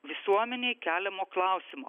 visuomenei keliamo klausimo